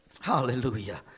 Hallelujah